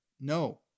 No